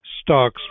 stocks